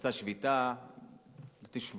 פרצה שביתה שבועיים,